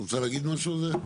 עינת, את רוצה להגיד משהו על זה?